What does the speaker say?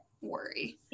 worry